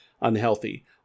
unhealthy